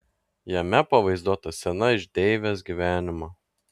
jame pavaizduota scena iš deivės gyvenimo